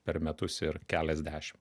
per metus ir keliasdešim